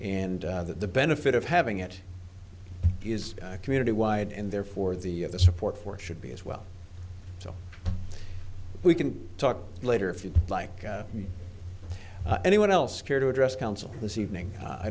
and that the benefit of having it is community wide and therefore the support for should be as well so we can talk later if you'd like anyone else care to address council this evening i